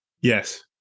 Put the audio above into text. Yes